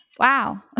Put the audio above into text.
Wow